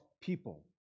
people